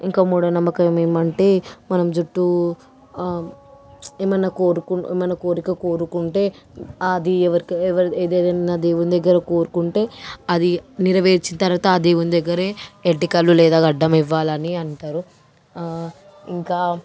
ఇంకా మూఢనమ్మకాలు ఏమంటే మనం జుట్టు ఏమన్నా కోరుకుంటే ఏమన్నా కోరిక కోరుకుంటే అది ఎవరికి నా దేవుని దగ్గర కోరుకుంటే అది నెరవేర్చిన తర్వాత ఆ దేవుని దగ్గరే వెంట్రుకలు లేదా గడ్డమివ్వాలని అంటారు ఇంకా